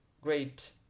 great